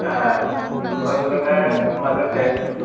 অভিজ্ঞতাৰ মাজতে